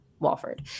walford